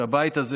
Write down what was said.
שהבית הזה,